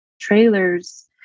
trailers